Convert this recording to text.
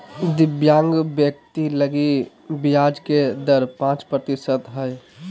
दिव्यांग व्यक्ति लगी ब्याज के दर पांच प्रतिशत हइ